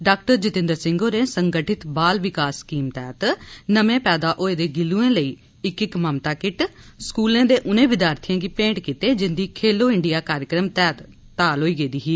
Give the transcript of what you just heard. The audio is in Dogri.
डॉ जितेंद्र सिंह होरें संगठित बाल विकास स्कीम तैह्त नमें पैदा होए दे गिल्लुएं लेई इक इक ममता किट स्कूलें दे उनें विद्यार्थिएं गी भेंट कीते जिन्दी 'खेलो इंडिया' कार्यक्रम तैहत ताल होई दी ऐ